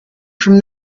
from